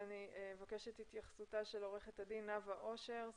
מבקשת את התייחסותה של עורכת הדין נאוה אושר,